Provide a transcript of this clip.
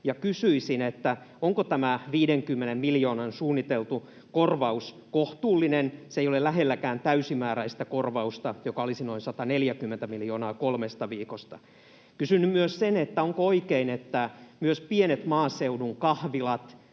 kysyisin: onko tämä 50 miljoonan suunniteltu korvaus kohtuullinen? Se ei ole lähelläkään täysimääräistä korvausta, joka olisi noin 140 miljoonaa kolmesta viikosta. Kysyn myös: onko oikein, että myös pienet maaseudun kahvilat